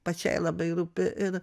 pačiai labai rūpi ir